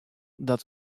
dat